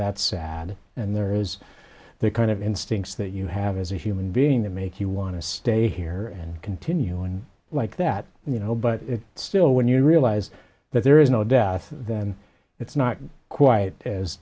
that's sad and there is the kind of instincts that you have as a human being that make you want to stay here and continue and like that you know but still when you realize that there is no death it's not quite as